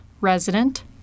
Resident